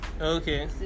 Okay